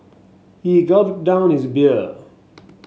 he gulped down his beer